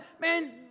Man